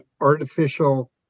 artificial